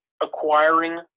acquiring –